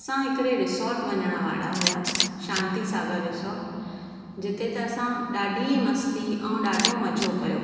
असां हिकिड़े रिसार्ट वञणु वारा हुयासीं शांती सागर रिसार्ट जिथे त असां ॾाढी मस्ती ऐं ॾाढो मज़ो कयो